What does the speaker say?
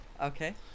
okay